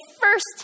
first